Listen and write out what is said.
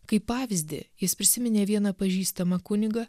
kaip pavyzdį jis prisiminė vieną pažįstamą kunigą